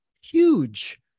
huge